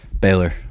Baylor